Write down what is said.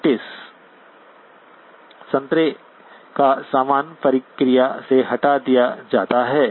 notice संतरे का सामान प्रक्रिया में हटा दिया जाता है